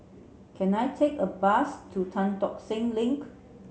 can I take a bus to Tan Tock Seng Link